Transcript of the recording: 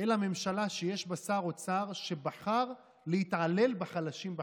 אלא ממשלה שיש בה שר אוצר שבחר להתעלל בחלשים בחברה.